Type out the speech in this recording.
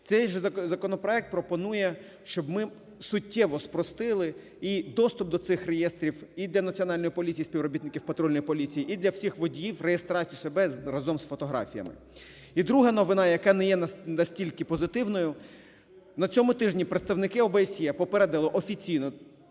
Цей законопроект пропонує, щоб ми суттєво спростили і доступ до цих реєстрів і для Національної поліції, співробітників патрульної поліції, і для всіх водіїв, реєстрацію себе разом з фотографіями. І друга новина, яка не є настільки позитивною. На цьому тижні представники ОБСЄ попередили офіційно